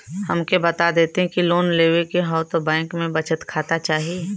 हमके बता देती की लोन लेवे के हव त बैंक में बचत खाता चाही?